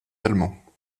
allemands